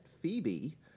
Phoebe